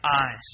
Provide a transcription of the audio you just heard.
eyes